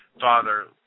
Father